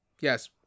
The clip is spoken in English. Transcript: yes